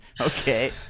okay